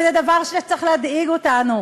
וזה דבר שצריך להדאיג אותנו,